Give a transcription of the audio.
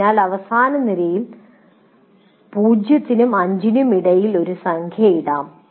അതിനാൽ അവസാന നിരയിൽ 0 നും 5 നും ഇടയിൽ ഒരു സംഖ്യ ഇടാം